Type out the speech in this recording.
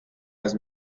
las